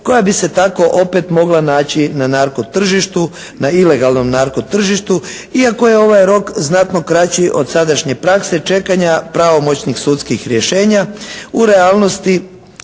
koja bi se tako opet mogla naći na narko tržištu, na ilegalnom narko tržištu. Iako je ovaj rok znatno kraći od sadašnje prakse čekanja pravomoćnih sudskih rješenja u realnosti